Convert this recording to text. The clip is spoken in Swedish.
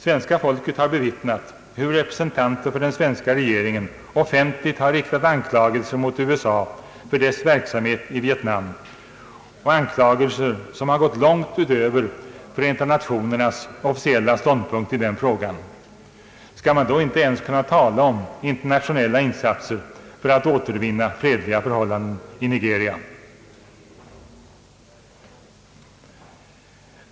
Svenska folket har bevittnat hur representanter för den svenska regeringen offentligt har riktat anklagelser mot USA för dess verksamhet i Viet nam, anklagelser som har gått långt utöver Förenta nationernas officiella ståndpunkt i den frågan. Skall man då inte ens kunna tala om internationella insatser för att återvinna fredliga förhållanden i Nigeria?